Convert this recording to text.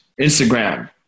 Instagram